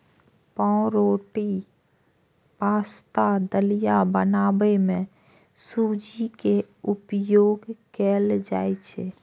पावरोटी, पाश्ता, दलिया बनबै मे सूजी के उपयोग कैल जाइ छै